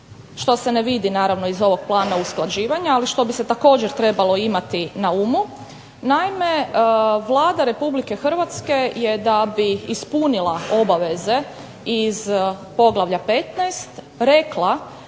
što se ne vidi naravno iz ovog plana usklađivanja ali što bi se također trebalo imati na umu. Naime, Vlada Republike Hrvatske da bi ispunila obaveze iz poglavlja 15 da